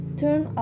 turn